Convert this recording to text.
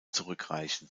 zurückreichen